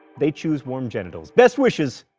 they choose warm genitals. best wishes,